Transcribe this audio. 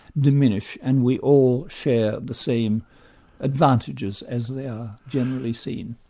diminish, and we all share the same advantages as they are generally seen.